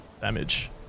damage